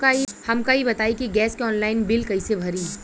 हमका ई बताई कि गैस के ऑनलाइन बिल कइसे भरी?